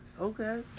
Okay